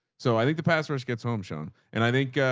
so i think the passwords gets home shown. and i think,